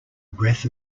breath